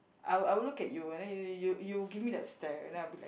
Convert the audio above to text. I will I will look at you and then you you you you give me that stare and then I'll be like